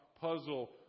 puzzle